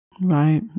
Right